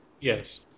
yes